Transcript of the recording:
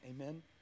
Amen